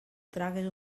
tragues